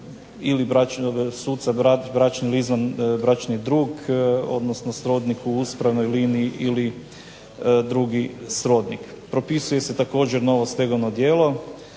ili suca brat, bračni ili izvanbračni drug, odnosno srodnik u uspravnoj liniji ili drugi srodnik. Propisuje se također novo stegovno djelo,